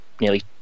nearly